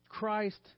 Christ